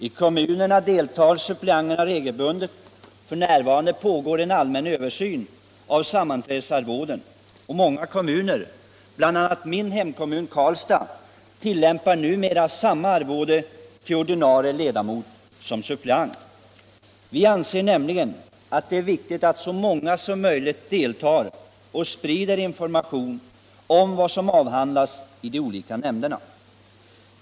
I kommunerna deltar suppleanterna regelbundet i sammanträdena, och f. n. pågår på många håll en allmän översyn av sammanträdesarvodena. Många kommuner, bl.a. min hemkommun Karlstad, betalar numera samma arvode till ordinarie ledamot som till suppleant. Vi anser att det är viktigt att så många som möjligt deltar och sprider information om vad som avhandlas i de olika nämnderna.